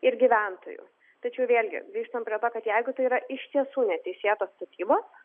ir gyventojų tačiau vėlgi grįžtant prie to kad jeigu tai yra iš tiesų neteisėtos statybos